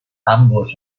ambos